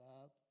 up